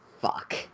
fuck